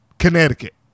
Connecticut